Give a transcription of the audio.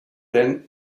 than